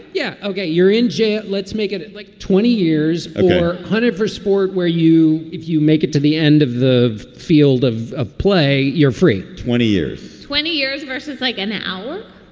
yeah ok. you're in jail. let's make it in like twenty years or hunted for sport where you if you make it to the end of the field of of play, you're free twenty years, twenty years versus like an hour.